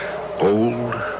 Old